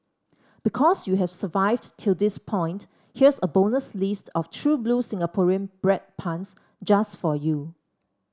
because you've survived till this point here's a bonus list of true blue Singaporean bread puns just for you